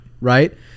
Right